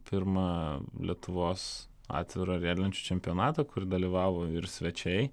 pirmą lietuvos atvirą riedlenčių čempionatą kur dalyvavo ir svečiai